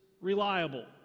reliable